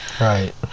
Right